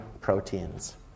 proteins